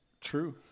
True